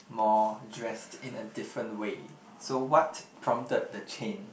more dressed in a different way so what prompted the change